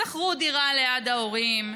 שכרו דירה ליד ההורים,